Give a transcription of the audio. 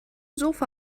sofa